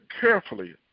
carefully